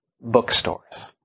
bookstores